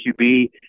QB